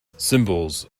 symbols